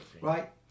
right